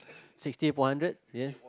sixty upon hundred yes